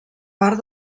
part